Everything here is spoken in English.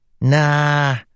Nah